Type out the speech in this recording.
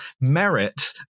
merit